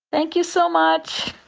thank you so much.